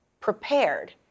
prepared